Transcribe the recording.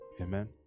Amen